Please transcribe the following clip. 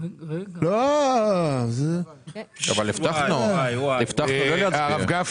אבל הבטחנו לא להצביע.